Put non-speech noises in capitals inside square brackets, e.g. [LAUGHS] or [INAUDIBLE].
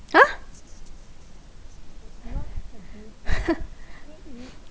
!huh! [LAUGHS] [BREATH]